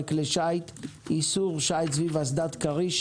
כלי שיט) (איסור שיט סביב אסדת כריש)